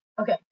Okay